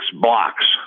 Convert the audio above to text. blocks